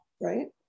right